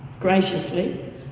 Graciously